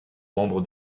membres